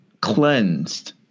cleansed